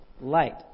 light